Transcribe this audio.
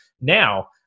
Now